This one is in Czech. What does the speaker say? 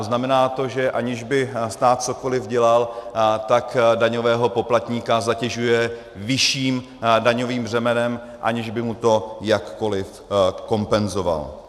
Znamená to, že aniž by stát cokoli dělal, tak daňového poplatníka zatěžuje vyšším daňovým břemenem, aniž by mu to jakkoli kompenzoval.